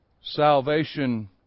salvation